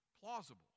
plausible